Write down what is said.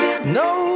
No